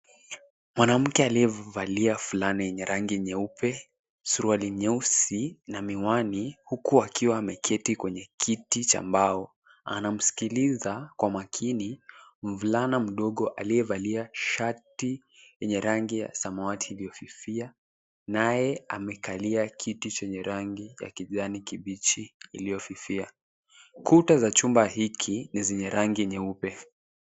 Mwanamke aliyevalia fulana yenye rangi nyeupe, surauali nyeusi na miwani huku akiwa ameketi kwenye kiti cha mbao. Anamsikiliza kwa makini mvulana mdogo, aliyevalia shati yenye rangi ya samawati iliyofifia naye amekalia kiti chenye rangi ya kijani kibichi iliyofifia. Kuta za chumba hiki ni zenye rangi nyeupe.